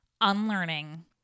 unlearning